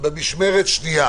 במשמרת שנייה.